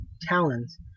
talons